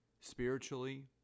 Spiritually